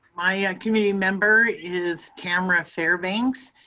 my ah community member is tamara fairbanks.